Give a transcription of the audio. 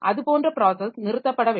அது போன்ற ப்ராஸஸ் நிறுத்தப்பட வேண்டும்